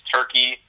Turkey